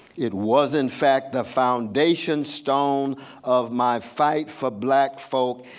it was in fact the foundation stone of my fight for black folk,